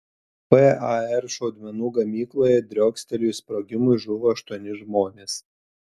par šaudmenų gamykloje driokstelėjus sprogimui žuvo aštuoni žmonės